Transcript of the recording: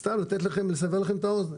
רק לסבר את אוזניכם,